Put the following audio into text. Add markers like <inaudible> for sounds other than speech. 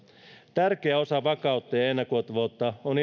tärkeä osa vakautta ja ja ennakoitavuutta on <unintelligible>